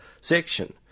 section